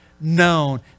known